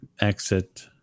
exit